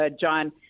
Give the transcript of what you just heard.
John